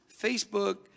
Facebook